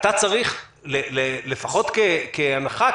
אתה צריך לפחות כהנחה,